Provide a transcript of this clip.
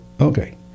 Okay